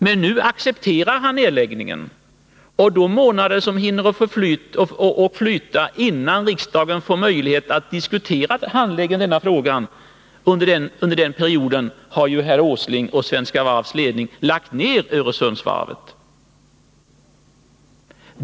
Men nu accepterar han nedläggningen, och under de månader som hinner förflyta innan riksdagen får möjlighet att diskutera handläggningen av den här frågan har herr Åsling och Svenska Varvs ledning lagt ned Öresundsvarvet.